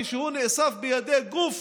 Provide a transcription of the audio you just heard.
כאשר הוא נאסף בידי גוף